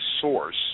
source